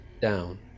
down